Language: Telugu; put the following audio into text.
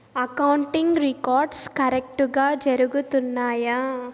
అకౌంటింగ్ రికార్డ్స్ కరెక్టుగా జరుగుతున్నాయా